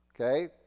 Okay